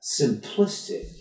simplistic